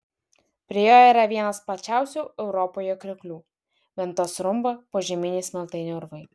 prie jo yra vienas plačiausių europoje krioklių ventos rumba požeminiai smiltainio urvai